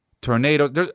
tornadoes